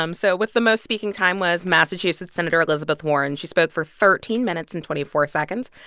um so with the most speaking time was massachusetts senator elizabeth warren. she spoke for thirteen minutes and twenty four seconds.